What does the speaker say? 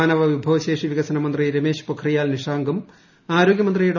മാനവ വിഭവശേഷി വികസന മന്ത്രി രമേശ് പൊഖ്രിയാൽ നിഷാങ്കും ആരോഗൃമന്ത്രി ഡോ